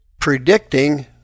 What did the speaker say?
predicting